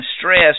stress